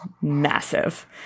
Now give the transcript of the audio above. massive